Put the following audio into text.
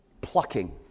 plucking